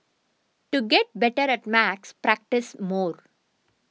to get better at maths practise more